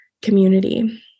community